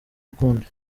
ukundi